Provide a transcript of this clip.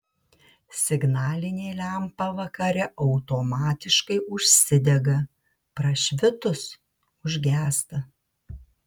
signalinė lempa vakare automatiškai užsidega prašvitus užgęsta